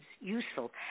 useful